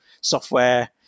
software